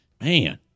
man